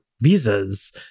visas